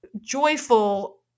joyful